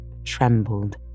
trembled